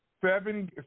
seven